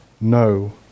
no